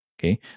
Okay